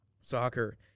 Soccer